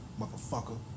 motherfucker